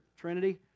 Trinity